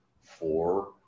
four